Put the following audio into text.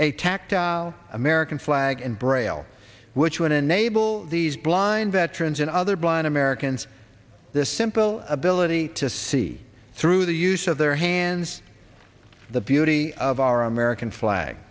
a tactile american flag in braille which would enable these blind veterans and other blind americans this simple ability to see through the use of their hands the beauty of our american flag